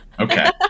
Okay